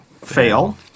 fail